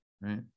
Right